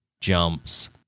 jumps